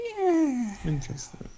Interesting